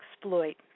exploit